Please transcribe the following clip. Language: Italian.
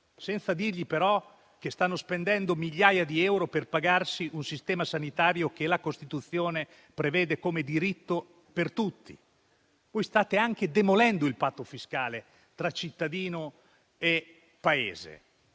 senza però dir loro che stanno spendendo migliaia di euro per pagarsi un'assistenza sanitaria che la Costituzione prevede come diritto per tutti. Voi state anche demolendo il patto fiscale tra cittadino e Paese